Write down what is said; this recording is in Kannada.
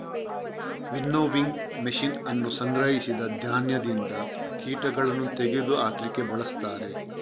ವಿನ್ನೋವಿಂಗ್ ಮಷೀನ್ ಅನ್ನು ಸಂಗ್ರಹಿಸಿದ ಧಾನ್ಯದಿಂದ ಕೀಟಗಳನ್ನು ತೆಗೆದು ಹಾಕ್ಲಿಕ್ಕೆ ಬಳಸ್ತಾರೆ